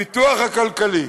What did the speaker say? הפיתוח הכלכלי: